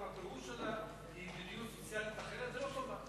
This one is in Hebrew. הפירוש הוא מדיניות סוציאלית אחרת ולא טובה.